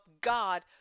God